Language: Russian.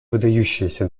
выдающееся